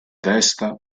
testa